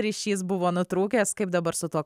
ryšys buvo nutrūkęs kaip dabar su tuo